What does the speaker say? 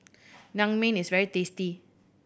naengmyeon is very tasty